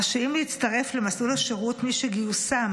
רשאים להצטרף למסלול השירות מי שגיוסם